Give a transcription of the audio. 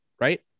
right